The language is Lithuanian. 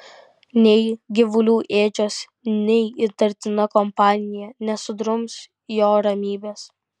nei gyvulių ėdžios nei įtartina kompanija nesudrums jo ramybės